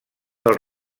del